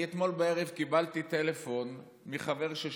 אני אתמול בערב קיבלתי טלפון מחברי,